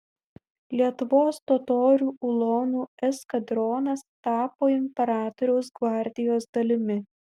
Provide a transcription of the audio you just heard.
lietuvos totorių ulonų eskadronas tapo imperatoriaus gvardijos dalimi